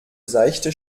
seichte